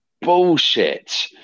bullshit